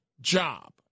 job